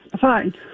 Fine